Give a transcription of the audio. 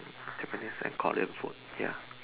Japanese and Scotland food ya